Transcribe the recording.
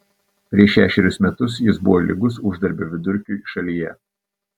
prieš šešerius metus jis buvo lygus uždarbio vidurkiui šalyje